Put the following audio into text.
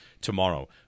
tomorrow